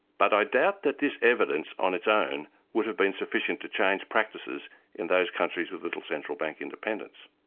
but i doubt that this evidence on its own would have been sufficient to change practices in those countries with little central bank independence.